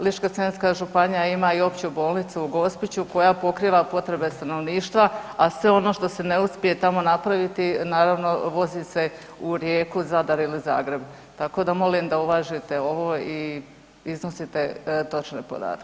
Ličko-senjska županija ima i Opću bolnicu u Gospiću koja pokriva potrebe stanovništva, a sve ono što se ne uspije tamo napraviti, naravno, vozi se u Rijeku, Zadar ili Zagreb, tako da molim da uvažite ovo i iznosite točne podatke.